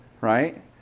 Right